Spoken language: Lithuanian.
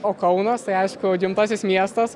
o kaunas tai aišku gimtasis miestas